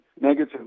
negative